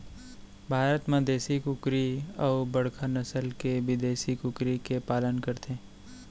भारत म देसी कुकरी अउ बड़का नसल के बिदेसी कुकरी के पालन करथे